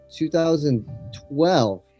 2012